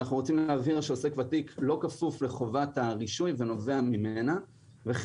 קוד כל,